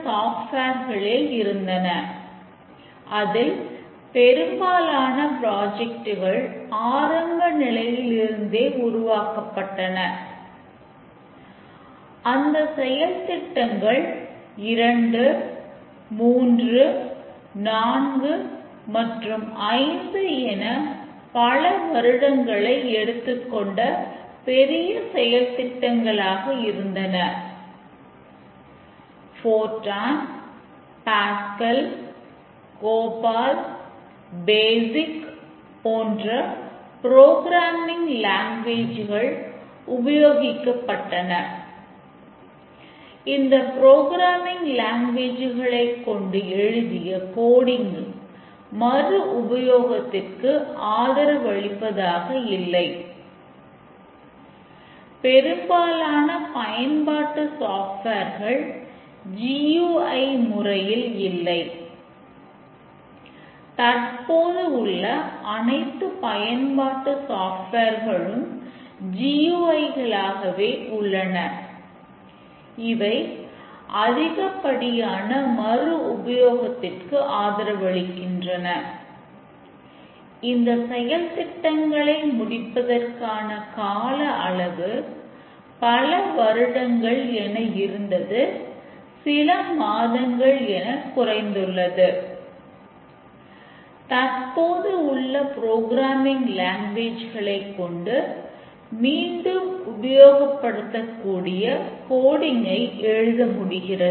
software எழுத முடிகிறது